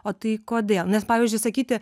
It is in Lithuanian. o tai kodėl nes pavyzdžiui sakyti